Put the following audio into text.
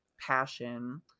passion